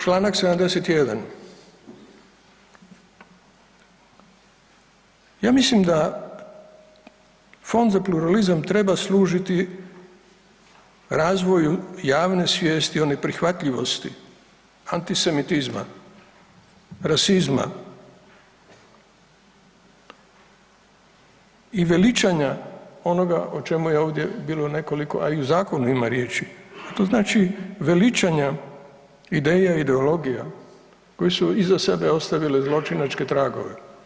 Čl. 71., ja mislim da Fond za pluralizam treba služiti razvoju javne svijesti o neprihvatljivosti antisemitizma, rasizma i veličanja onoga o čemu je ovdje bilo nekoliko, a i u zakonu ima riječi, a to znači veličanja ideja i ideologija koje su iza sebe ostavile zločinačke tragove.